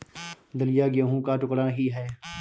दलिया गेहूं का टुकड़ा ही है